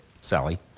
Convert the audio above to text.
Sally